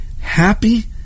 happy